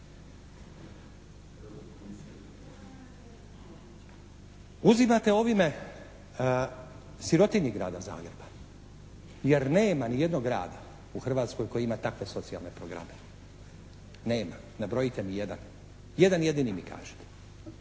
Uzimate ovime sirotinji Grada Zagreba, jer nema ni jednog grada u Hrvatskoj koji ima takve socijalne programe. Nema, nabrojite mi jedan. Jedan jedini mi kažite.